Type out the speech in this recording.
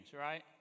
Right